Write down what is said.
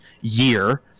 year